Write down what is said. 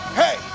hey